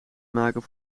maken